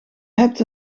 hebt